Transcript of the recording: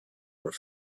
were